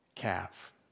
calf